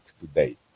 today